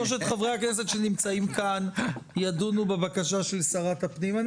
שלושת חברי הכנסת שנמצאים כאן ידונו בבקשה של שרת הפנים.